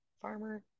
Farmer